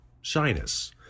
shyness